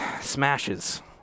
smashes